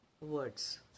words